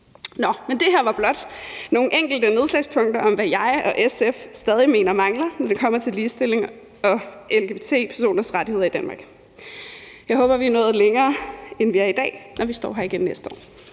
Nå, men det her var blot nogle enkelte nedslagspunkter om, hvad jeg og SF stadig mener mangler, når det kommer til ligestilling og lgbt-personers rettigheder i Danmark. Jeg håber, vi er nået længere, end vi er i dag, når vi står her igen næste år.